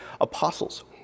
apostles